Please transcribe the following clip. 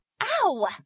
Ow